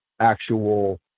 actual